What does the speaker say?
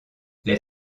les